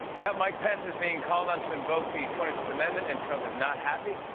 yeah, mike pence is being called on to invoke the twenty fifth amendment, and trump is not happy.